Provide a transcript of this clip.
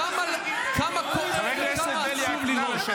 וכמה כואב וכמה עצוב לראות -- חבר הכנסת בליאק,